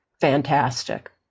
fantastic